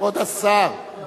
כבוד השר,